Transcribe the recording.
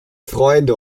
freunde